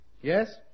Yes